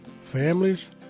Families